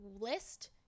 List